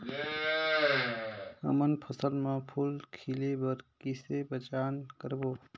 हमन मन फसल म फूल खिले बर किसे पहचान करबो?